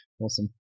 Awesome